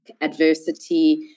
adversity